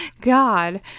God